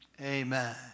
Amen